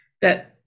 that-